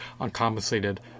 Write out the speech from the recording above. uncompensated